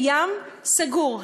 הים סגור.